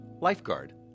lifeguard